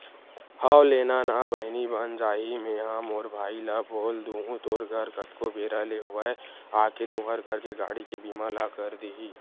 हव लेना ना बहिनी बन जाही मेंहा मोर भाई ल बोल दुहूँ तोर घर कतको बेरा ले होवय आके तुंहर घर के गाड़ी के बीमा ल कर दिही